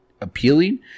appealing